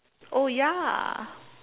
oh ya